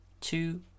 two